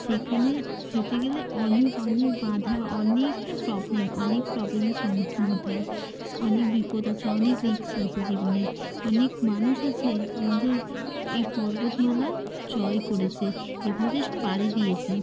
সেইখানে যেতে গেলে অনেক অনেক বাধা অনেক প্রবলেম অনেক প্রবলেমের সম্মুখীন হতে হয় অনেক বিপদ আছে অনেক রিস্ক আছে জীবনে অনেক মানুষ আছে আমাদের এই পর্বতমালা জয় করেছে এভারেস্ট পাড়ি দিয়েছে